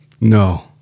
no